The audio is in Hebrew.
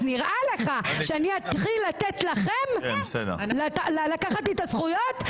אז נראה לך שאני אתחיל לתת לכם לקחת לי את הזכויות?